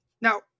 Now